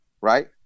right